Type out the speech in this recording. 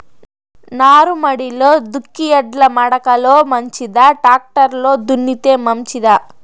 నారుమడిలో దుక్కి ఎడ్ల మడక లో మంచిదా, టాక్టర్ లో దున్నితే మంచిదా?